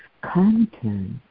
content